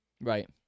right